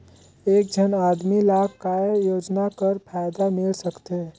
एक झन आदमी ला काय योजना कर फायदा मिल सकथे?